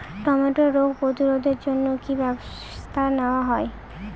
টমেটোর রোগ প্রতিরোধে জন্য কি কী ব্যবস্থা নেওয়া হয়?